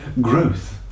growth